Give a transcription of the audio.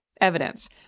evidence